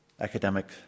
academic